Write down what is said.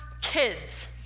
kids